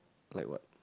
like what